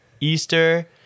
Easter